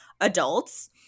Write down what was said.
adults